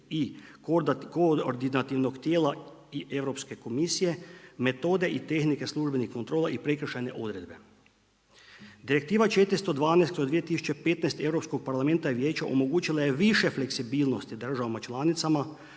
i koordinativnog tijela i Europske komisije, metode i tehnike službenih kontrola i prekršajne odredbe. Direktiva 412/2015 Europskog parlamenta i Vijeća omogućila je više fleksibilnosti državama članicama